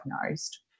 diagnosed